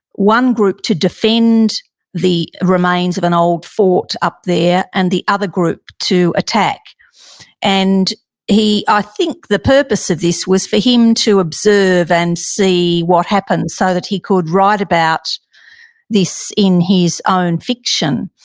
one group to defend the remains of an old fort up there, and the other group to attack and i ah think the purpose of this was for him to observe and see what happens so that he could write about this in his own fiction.